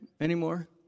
anymore